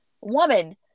woman